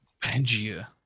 Pangea